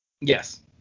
yes